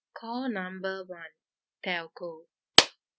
call number one telco